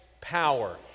power